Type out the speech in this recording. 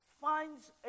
finds